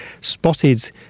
spotted